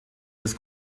des